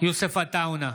יוסף עטאונה,